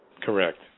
Correct